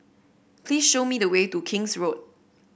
please show me the way to King's Road